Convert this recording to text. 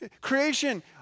Creation